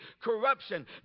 corruption